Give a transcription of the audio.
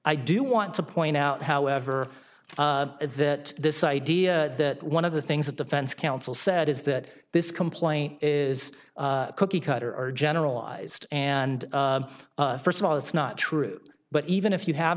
i do want to point out however that this idea that one of the things that defense insole said is that this complaint is cookiecutter or generalized and first of all it's not true but even if you have